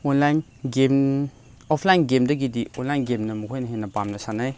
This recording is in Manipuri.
ꯑꯣꯟꯂꯥꯏꯟ ꯒꯦꯝ ꯑꯣꯐꯂꯥꯏꯟ ꯒꯦꯝꯗꯒꯤꯗꯤ ꯑꯣꯟꯂꯥꯏꯟ ꯒꯦꯝꯅ ꯃꯈꯣꯏꯅ ꯍꯦꯟꯅ ꯄꯥꯝꯅ ꯁꯥꯟꯅꯩ